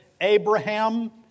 Abraham